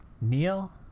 Neil